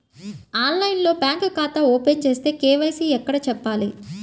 ఆన్లైన్లో బ్యాంకు ఖాతా ఓపెన్ చేస్తే, కే.వై.సి ఎక్కడ చెప్పాలి?